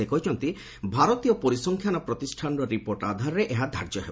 ସେ କହିଛନ୍ତି ଭାରତୀୟ ପରିସଂଖ୍ୟାନ ପ୍ରତିଷ୍ଠାନର ରିପୋର୍ଟ ଆଧାରରେ ଏହା ଧାର୍ଯ୍ୟ ହେବ